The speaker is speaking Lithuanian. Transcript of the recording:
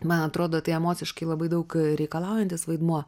man atrodo tai emociškai labai daug reikalaujantis vaidmuo